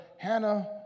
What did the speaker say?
Hannah